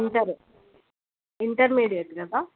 inter intermediate కదా